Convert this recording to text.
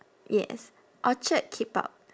yes orchard keep out